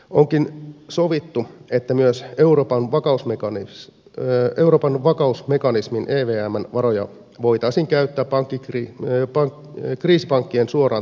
onkin sovittu että myös euroopan vakausmekanismin evmn varoja voitaisiin käyttää kriisipankkien suoraan tukemiseen